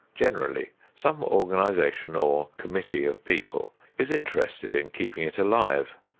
generally some organization or committee of people is interested in keeping it alive,